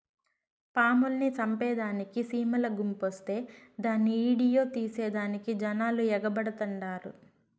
పాముల్ని సంపేదానికి సీమల గుంపొస్తే దాన్ని ఈడియో తీసేదానికి జనాలు ఎగబడతండారు